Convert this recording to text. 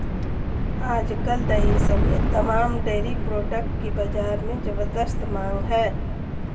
आज कल दही समेत तमाम डेरी प्रोडक्ट की बाजार में ज़बरदस्त मांग है